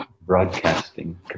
broadcasting